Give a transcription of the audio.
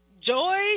joy